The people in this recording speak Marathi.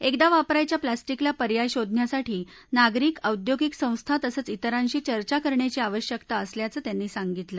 एकदा वापरायच्या प्लॅस्टिकला पर्याय शोधण्यासाठी नागरिक औद्योगिक संस्था तसंच इतरांशी चर्चा करण्याची आवश्यकता असल्याचं त्यांनी सांगितलं